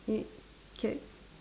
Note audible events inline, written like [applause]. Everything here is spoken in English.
[noise]